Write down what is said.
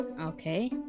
Okay